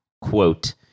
quote